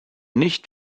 nicht